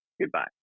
Goodbye